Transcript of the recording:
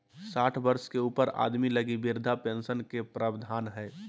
साठ वर्ष के ऊपर आदमी लगी वृद्ध पेंशन के प्रवधान हइ